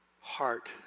heart